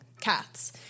cats